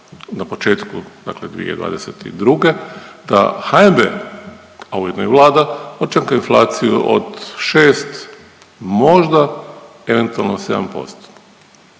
na početku dakle 2022. da HNB, a ujedno i Vlada očekuje inflaciju od 6, možda eventualno 7%.